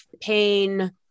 pain